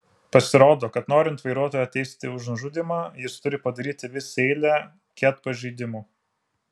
pasirodo kad norint vairuotoją teisti už nužudymą jis turi padaryti visą eilę ket pažeidimų